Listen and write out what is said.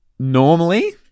Normally